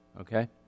Okay